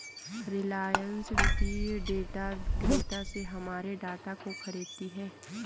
रिलायंस वित्तीय डेटा विक्रेता से हमारे डाटा को खरीदती है